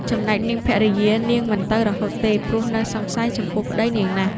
ចំណែកនាងភរិយា នាងមិនទៅរហូតទេ ព្រោះនៅសង្ស័យចំពោះប្ដីនាងណាស់